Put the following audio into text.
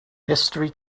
history